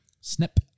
Snip